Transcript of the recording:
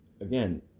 again